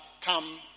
come